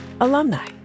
Alumni